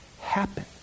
happen